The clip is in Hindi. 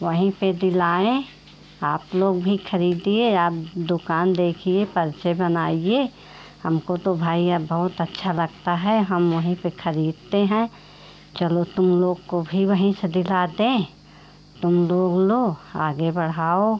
वहीं पर दिलाएँ आप लोग भी ख़रीदिए आप दुकान देखिए परिचय बनाइए हमको तो भाई अब बहुत अच्छा लगता है हम वहीं पर ख़रीदते हैं चलो तुम लोग को भी वहीं से दिला दें तुम लोग लो आगे बढ़ाओ